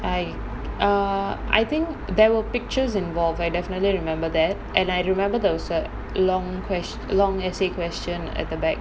I err I think there were pictures involved I definitely remembered that and I remember there was the long quest~ long essay question at the back